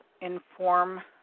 inform